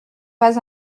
pas